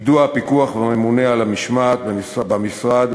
יידוע הפיקוח והממונה על המשמעת במשרד